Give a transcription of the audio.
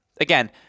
again